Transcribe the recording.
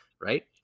right